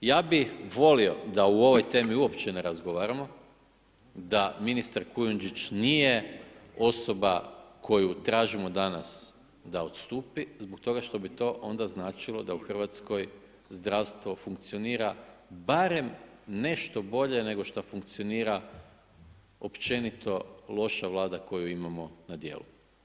Ja bi volio da u ovoj temi uopće ne razgovaramo, da ministar Kujundžić nije osoba koju tražimo danas da odstupi bog toga što bi to onda značilo da u Hrvatskoj zdravstvo funkcionira barem nešto bolje nego šta funkcionira općenito loša Vlada koju imamo na djelu.